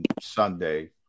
Sunday